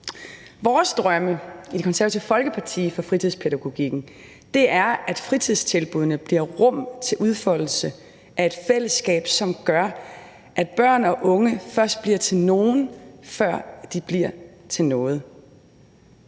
i Det Konservative Folkeparti er, at fritidstilbuddene giver rum til udfoldelse, som gør, at børn og unge først bliver til nogen, før de bliver til noget.